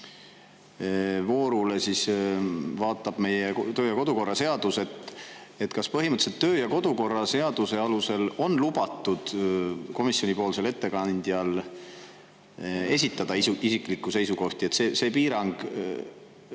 voorule vaatab meie töö- ja kodukorra seadus. Kas põhimõtteliselt on töö- ja kodukorra seaduse alusel lubatud komisjonipoolsel ettekandjal esitada isiklikku seisukohta? See piirang,